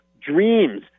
dreams